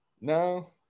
no